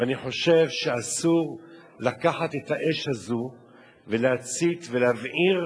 ואני חושב שאסור לקחת את האש הזאת ולהצית ולהבעיר